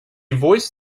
voiced